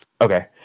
Okay